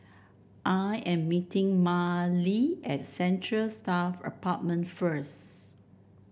I am meeting Marely at Central Staff Apartment first